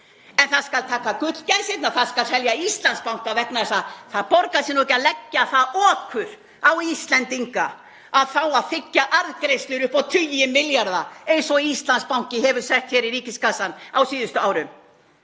En það skal taka gullgæsina og selja Íslandsbanka vegna þess að það borgar sig nú ekki að leggja það okur á Íslendinga að fá að þiggja arðgreiðslur upp á tugi milljarða eins og Íslandsbanki hefur sett í ríkiskassann á síðustu árum.